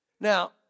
Now